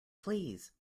please